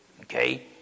okay